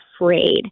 afraid